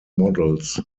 models